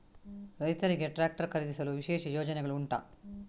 ರೈತರಿಗೆ ಟ್ರಾಕ್ಟರ್ ಖರೀದಿಸಲು ವಿಶೇಷ ಯೋಜನೆಗಳು ಉಂಟಾ?